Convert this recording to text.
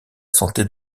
santé